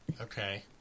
Okay